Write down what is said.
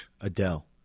Adele